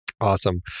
awesome